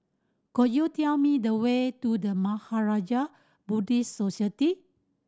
could you tell me the way to The Mahaprajna Buddhist Society